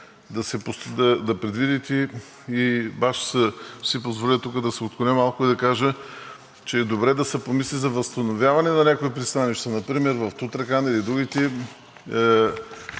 да предвидите… И тук ще си позволя да се отклоня малко и да кажа, че е добре да се помисли за възстановяване на някои пристанища. Например в Тутракан или другите